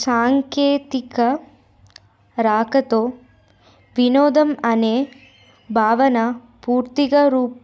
సాంకేతిక రాకతో వినోదం అనే భావన పూర్తిక రూ